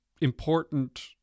important